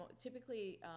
typically